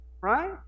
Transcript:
right